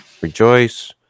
rejoice